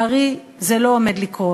לצערי, זה לא עומד לקרות.